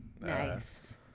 Nice